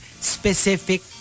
specific